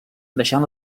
deixant